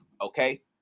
Okay